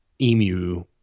emu